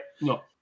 No